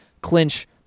clinch